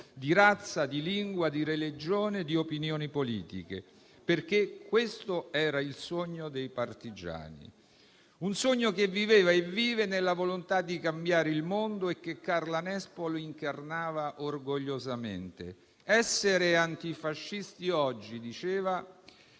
di razza, di lingua, di religione e di opinioni politiche: questo era il sogno dei partigiani, che viveva e vive nella volontà di cambiare il mondo e che Carla Nespolo incarnava orgogliosamente. Essere antifascisti oggi - diceva